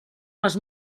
les